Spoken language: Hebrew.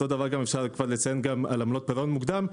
אותו דבר אפשר כבר לציין גם לגבי עמלות פירעון מוקדם,